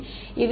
மாணவர் இது